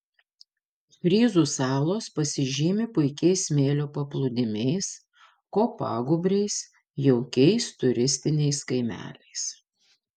fryzų salos pasižymi puikiais smėlio paplūdimiais kopagūbriais jaukiais turistiniais kaimeliais